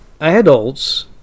adults